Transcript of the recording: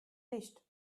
nicht